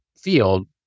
field